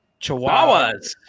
Chihuahuas